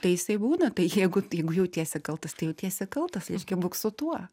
tai jisai būna tai jeigu jeigu jautiesi kaltas tai jautiesi kaltas reiškia būk su tuo